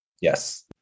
Yes